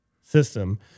system